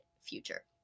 future